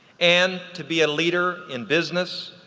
and to be a leader in business,